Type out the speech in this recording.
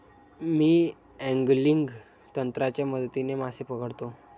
मी angling तंत्राच्या मदतीने मासे पकडतो